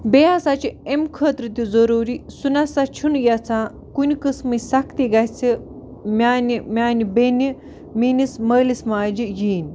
بیٚیہِ ہَسا چھِ اَمہِ خٲطرٕ تہِ ضٔروٗری سُہ نہ سا چھُنہٕ یَژھان کُنہِ قٕسمٕچ سختی گژھِ میٛانہِ میٛانہِ بیٚنہِ میٛٲنِس مٲلِس ماجہِ یِنۍ